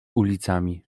ulicami